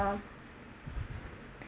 uh